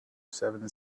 seven